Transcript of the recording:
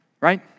right